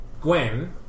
Gwen